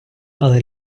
але